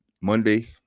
Monday